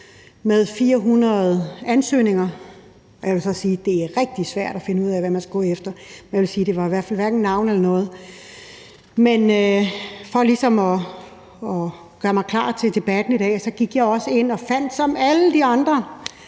med 400 ansøgninger, og jeg vil sige, at det er rigtig svært at finde ud af, hvad man skal gå efter, men jeg vil sige, at det var i hvert fald hverken navn eller noget lignende. Men for ligesom at gøre mig klar til debatten i dag gik jeg ligesom alle de andre